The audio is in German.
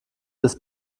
ist